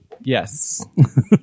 yes